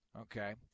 Okay